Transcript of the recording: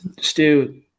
Stu